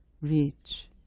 reach